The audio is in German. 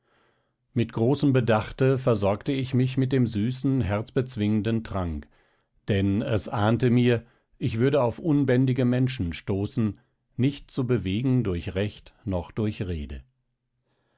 mit großem bedachte versorgte ich mich mit dem süßen herzbezwingenden trank denn es ahnte mir ich würde auf unbändige menschen stoßen nicht zu bewegen durch recht noch durch rede